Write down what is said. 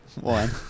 one